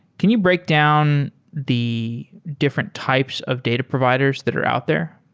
can you break down the different types of data providers that are out there?